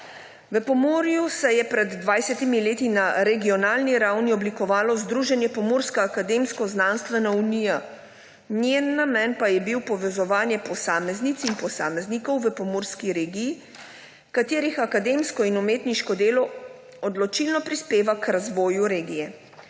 V Pomurju se je pred 20 leti na regionalni ravni oblikovalo Združenje Pomurska akademsko znanstvena unija. Njegov namen pa je bil povezovanje posameznic in posameznikov v pomurski regiji, katerih akademsko in umetniško delo odločilno prispeva k razvoju regije.